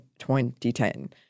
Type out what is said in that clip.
2010